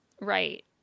Right